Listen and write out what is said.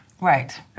Right